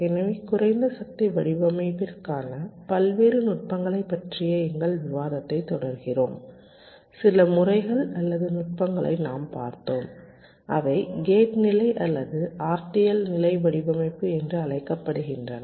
எனவே குறைந்த சக்தி வடிவமைப்பிற்கான பல்வேறு நுட்பங்களைப் பற்றிய எங்கள் விவாதத்தைத் தொடர்கிறோம் சில முறைகள் அல்லது நுட்பங்களை நாம் பார்த்தோம் அவை கேட் நிலை அல்லது RTL நிலை வடிவமைப்பு என்று அழைக்கப்படுகின்றன